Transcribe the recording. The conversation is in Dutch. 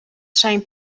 zijn